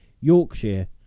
Yorkshire